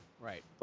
Right